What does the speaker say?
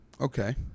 Okay